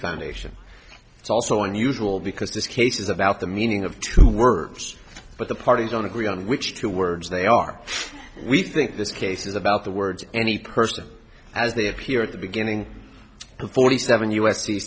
foundation it's also unusual because this case is about the meaning of two words but the parties don't agree on which two words they are we think this case is about the words any person as they appear at the beginning of forty seven u